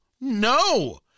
No